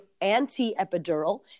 anti-epidural